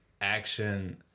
action